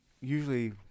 Usually